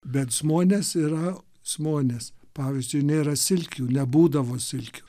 bet žmonės yra žmonės pavyzdžiui nėra silkių nebūdavo silkių